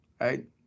right